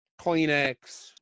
kleenex